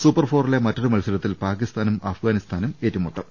super ഫോറിലെ മറ്റൊരു മത്സരത്തിൽ പാക്കി സ്ഥാനും അഫ്ഗാനിസ്ഥാനും ഏറ്റുമുട്ടും